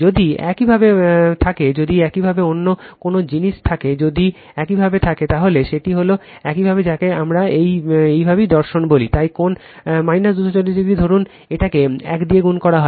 যদি একইভাবে থাকে যদি একইভাবে অন্য কোনো জিনিস থাকে যদি একইভাবে থাকে তাহলে সেটি হল একইভাবে যাকে আমরা একইভাবে দর্শন বলি তাই কোণ 240 ধরুন এটিকে 1 দ্বারা গুণ করা হয়